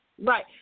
Right